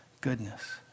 goodness